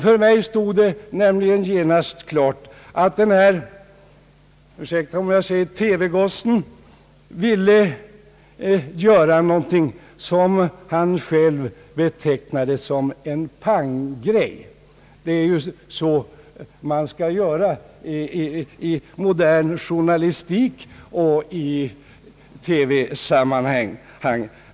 För mig stod det nämligen genast klart att denne, ursäkta om jag säger TV gosse ville göra någonting som han själv betecknade som en panggrej. Det är ju så man skall göra i modern journalistik i TV-sammanhang.